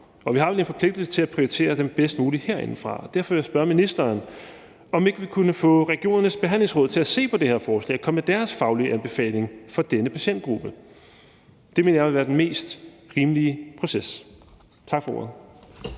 vi har vel en forpligtelse til at prioritere dem bedst muligt herindefra? Derfor vil jeg spørge ministeren, om ikke vi kunne få regionernes Behandlingsråd til at se på det her forslag og komme med deres faglige anbefaling for denne patientgruppe. Det mener jeg vil være den mest rimelige proces. Tak for ordet.